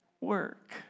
work